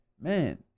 man